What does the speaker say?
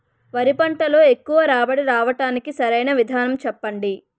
వరి పంటలో ఎక్కువ రాబడి రావటానికి సరైన విధానం చెప్పండి?